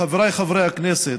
חבריי חברי הכנסת,